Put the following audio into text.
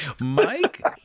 Mike